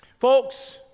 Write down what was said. Folks